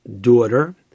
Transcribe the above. daughter